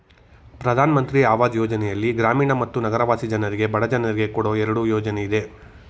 ಪ್ರಧಾನ್ ಮಂತ್ರಿ ಅವಾಜ್ ಯೋಜನೆಯಲ್ಲಿ ಗ್ರಾಮೀಣ ಮತ್ತು ನಗರವಾಸಿ ಜನರಿಗೆ ಬಡ ಜನರಿಗೆ ಕೊಡೋ ಎರಡು ಯೋಜನೆ ಇದೆ